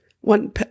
one